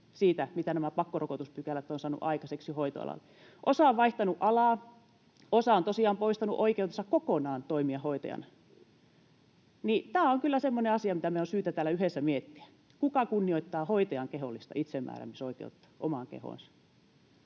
nämä pakkorokotuspykälät ovat saaneet aikaiseksi hoitoalalla. Osa on vaihtanut alaa, osa on tosiaan poistanut oikeutensa kokonaan toimia hoitajana. Tämä on kyllä semmoinen asia, mitä meidän on syytä täällä yhdessä miettiä. Kuka kunnioittaa hoitajan kehollista itsemääräämisoikeutta omaan kehoonsa?